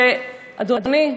אדוני,